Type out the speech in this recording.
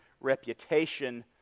reputation